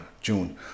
June